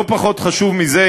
לא פחות חשוב מזה,